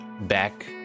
back